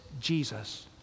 Jesus